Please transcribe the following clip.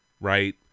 Right